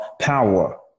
power